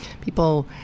people